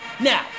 Now